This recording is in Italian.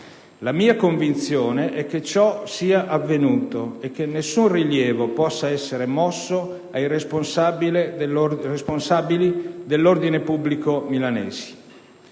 La mia convinzione è che ciò sia avvenuto e che nessun rilievo possa essere mosso ai responsabili milanesi dell'ordine pubblico.